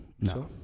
No